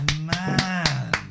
man